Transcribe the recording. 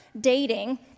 dating